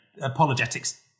apologetics